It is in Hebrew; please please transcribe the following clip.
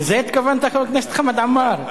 לזה התכוונת, חבר הכנסת חמד עמאר?